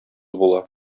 була